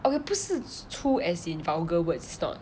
okay 不是粗 as in vulgar words it's not